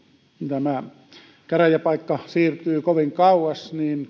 ja käräjäpaikka siirtyvät kovin kauas